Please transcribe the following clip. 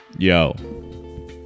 Yo